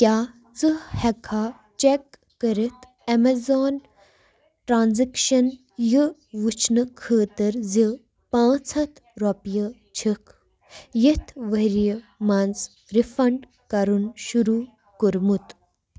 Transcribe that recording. کیٛاہ ژٕ ہٮ۪ککھا چیک کٔرِتھ اٮ۪مَزان ٹرٛانزٮ۪کشَن یہِ وٕچھنہٕ خٲطرٕ زِ پانٛژھ ہَتھ رۄپیہِ چھِکھ یِتھ ؤریہِ منٛز رِفنٛڈ کرُن شروٗع کوٚرمُت